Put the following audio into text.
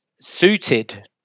suited